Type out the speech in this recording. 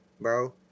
Bro